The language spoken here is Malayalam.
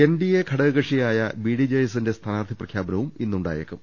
എൻഡിഎ ഘടകകക്ഷിയായ ബിഡിജെഎസി ന്റെ സ്ഥാനാർത്ഥി പ്രഖ്യാപനവും ഇന്നുണ്ടായേക്കും